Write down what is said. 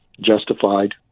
justified